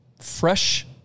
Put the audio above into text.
fresh